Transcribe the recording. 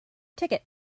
ticket